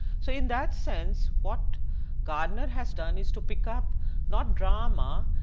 so in that sense what gardner has done is to pick up not drama,